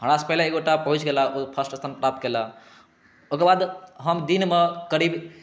हमरासँ पहिने एक गोटा पहुँच गेलाह ओ फर्स्ट स्थान प्राप्त केलाह ओकर बाद हम दिनमे करीब